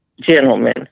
gentlemen